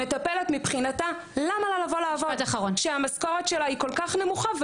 מטפלת מבחינתה למה לא לבוא לעבוד כשהמשכורת שלה היא כל כך נמוכה,